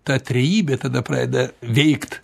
ta trejybė tada pradeda veikt